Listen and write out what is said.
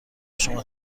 شما